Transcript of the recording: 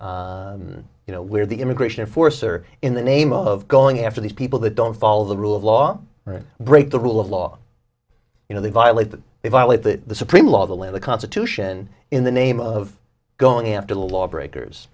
activity you know where the immigration force or in the name of going after these people that don't follow the rule of law break the rule of law you know they violate that they violate the supreme law of the land the constitution in the name of going after the lawbreakers